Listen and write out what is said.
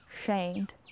shamed